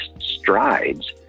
strides